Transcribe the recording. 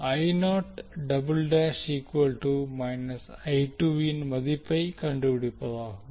இன் மதிப்பைக் கண்டுபிடிப்பதாகும்